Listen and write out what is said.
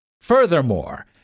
Furthermore